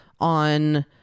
on